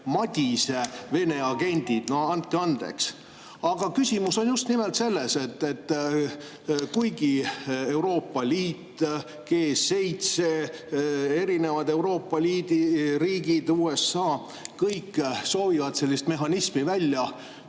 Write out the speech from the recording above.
Madise Vene agendid. No andke andeks! Aga küsimus on just nimelt selles, et kuigi Euroopa Liit, G7, erinevad Euroopa riigid, USA, kõik soovivad sellist mehhanismi välja